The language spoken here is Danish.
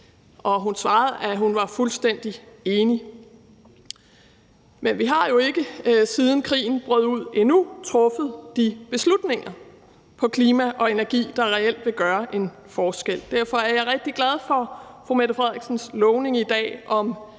Og hun svarede, at hun var fuldstændig enig. Men vi har jo ikke, siden krigen brød ud, endnu truffet de beslutninger på klima- og energiområdet, der reelt vil gøre en forskel. Derfor er jeg rigtig glad for, at fru Mette Frederiksen i dag har